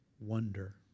wonder